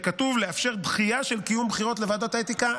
שכתוב לאפשר דחייה של קיום בחירות לוועדת האתיקה.